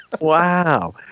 Wow